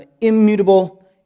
immutable